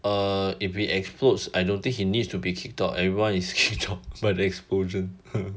err if it explodes I don't think he needs to be kicked out everyone is kicked out by the explosion